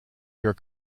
your